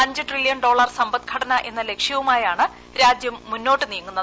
അഞ്ച് trillion dollar സമ്പദ്ഘടന എന്ന ലക്ഷ്യവുമായാണ് രാജ്യം മുന്നോട്ട് പോകുന്നത്